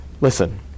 Listen